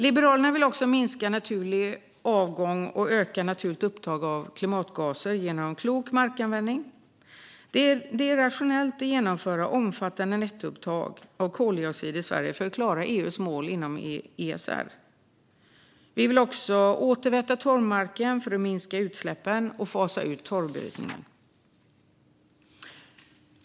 Liberalerna vill minska naturlig avgång och öka naturligt upptag av klimatgaser genom klok markanvändning. Det är rationellt att genomföra omfattande nettoupptag av koldioxid i Sverige för att klara EU:s mål inom ESR. Vi vill också återväta torvmarken för att minska utsläppen och fasa ut torvbrytningen.